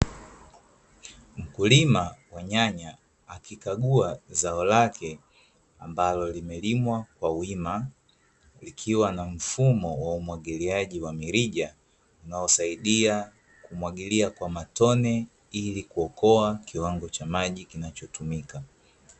Mkulima wa nyanya akikagua zao lake ambalo limelimwa kwa wima kwa likiwa na mfumo wa umwagiliaji wa mirija, unaosaidia kumwagilia kwa matone, ili kuokoa kiwango cha maji kinachotumika.